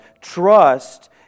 Trust